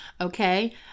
Okay